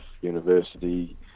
university